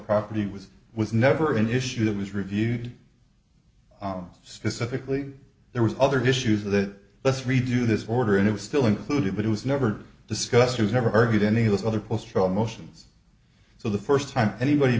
property was was never an issue that was reviewed specifically there was other tissues that let's redo this order and it was still included but it was never discussed it was never argued any of those other polls show emotions so the first time anybody